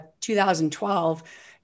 2012